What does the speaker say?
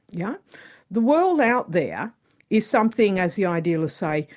yeah the world out there is something, as the idealists say,